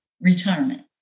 retirement